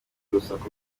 urusaku